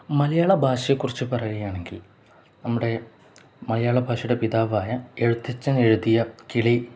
മലയാള ഭാഷയെക്കുറിച്ച് പറയുകയാണെങ്കിൽ നമ്മുടെ മലയാളഭാഷയുടെ പിതാവായ എഴുത്തച്ഛൻ എഴുതിയ കിളി